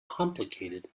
complicated